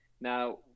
Now